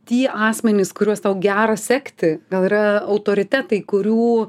tie asmenys kuriuos tau gera sekti gal yra autoritetai kurių